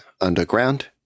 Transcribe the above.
underground